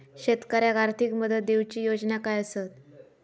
शेतकऱ्याक आर्थिक मदत देऊची योजना काय आसत?